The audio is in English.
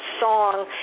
song